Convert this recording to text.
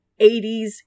80s